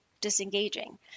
disengaging